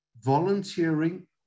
volunteering